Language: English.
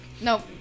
nope